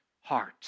heart